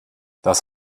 das